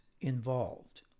involved